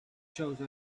chose